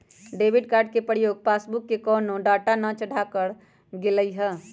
debit card के प्रयोग से पासबुक पर कोनो डाटा न चढ़ाएकर गेलइ ह